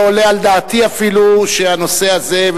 לא עולה על דעתי אפילו שהנושא הזה,